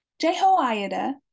Jehoiada